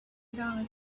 god